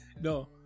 No